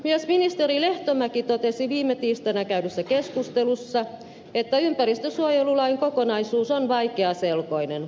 myös ministeri lehtomäki totesi viime tiistaina käydyssä keskustelussa että ympäristönsuojelulain kokonaisuus on vaikeaselkoinen